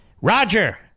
Roger